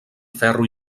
ferro